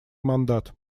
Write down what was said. мандат